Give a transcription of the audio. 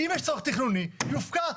אם יש צורך תכנוני, הוא יופקע.